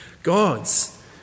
Gods